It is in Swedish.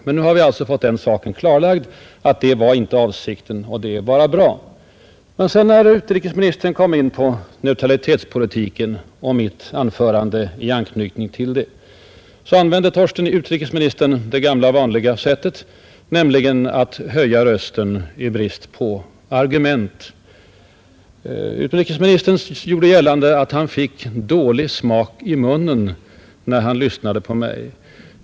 Men nu har vi alltså fått det klarlagt att avsikten inte var den som man fruktat, och det är bara bra. När utrikesministern sedan kom in på neutralitetspolitiken och mitt anförande som anknöt härtill, använde utrikesministern det gamla vanliga sättet nämligen att höja rösten i brist på argument. Utrikesministern gjorde gällande att han fick dålig smak i munnen när han lyssnade till mig.